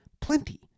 Plenty